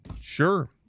Sure